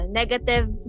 negative